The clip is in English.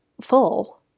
full